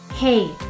Hey